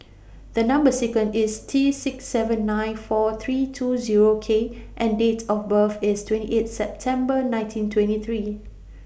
The Number sequence IS T six seven nine four three two Zero K and Date of birth IS twenty eight September nineteen twenty three